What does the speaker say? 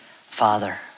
father